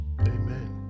Amen